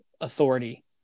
authority